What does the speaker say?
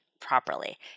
properly